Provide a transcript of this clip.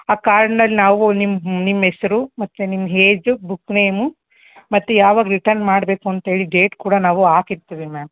ಆ ಕಾರ್ಡ್ನಲ್ಲಿ ನಾವು ನಿಮ್ಮ ನಿಮ್ಮ ಹೆಸ್ರು ಮತ್ತು ನಿಮ್ಮ ಹೇಜು ಬುಕ್ ನೇಮು ಮತ್ತು ಯಾವಾಗ ರಿಟರ್ನ್ ಮಾಡಬೇಕು ಅಂತೇಳಿ ಡೇಟ್ ಕೂಡ ನಾವು ಹಾಕಿರ್ತೀವಿ ಮ್ಯಾಮ್